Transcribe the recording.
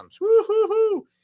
Woo-hoo-hoo